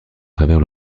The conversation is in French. travers